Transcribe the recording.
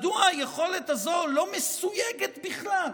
מדוע היכולת הזו לא מסויגת בכלל?